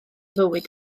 fywyd